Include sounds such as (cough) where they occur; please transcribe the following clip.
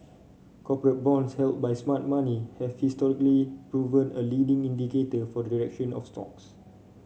(unintelligible) bonds held by smart money have historically proven a leading indicator for the direction of stocks